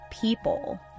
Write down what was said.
people